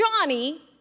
Johnny